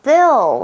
Bill